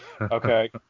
Okay